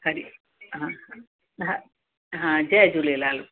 हरि हा हा हा जय झूलेलाल